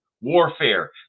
warfare